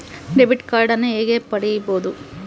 Debit ಕಾರ್ಡನ್ನು ಹೇಗೆ ಪಡಿಬೋದು?